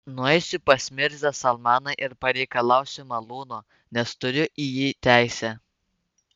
nueisiu pas mirzą salmaną ir pareikalausiu malūno nes turiu į jį teisę